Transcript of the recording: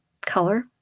color